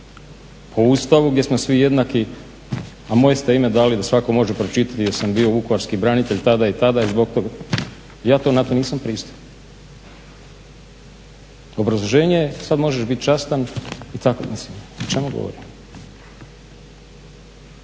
po Ustavu gdje smo svi jednaki a moje ste ime dali da svatko može pročitati jer sam bio vukovarski branitelj tada i tada i zbog toga. Ja na to nisam pristao. Obrazloženje je, sad možeš biti častan i tako. Mislim, o čemu govorimo?